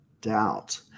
doubt